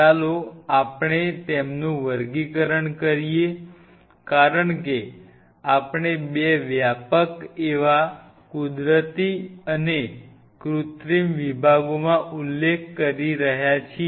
ચાલો આપણે તેમનું વર્ગીકરણ કરીએ કારણ કે આપણે બે વ્યાપક એવા કૃત્રિમ અને કુદરતી વિભાગોમાં ઉલ્લેખ કરી રહ્યા છીએ